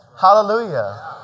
Hallelujah